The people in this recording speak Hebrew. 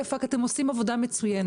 כפיר